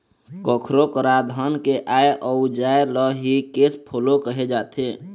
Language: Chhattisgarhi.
कखरो करा धन के आय अउ जाय ल ही केस फोलो कहे जाथे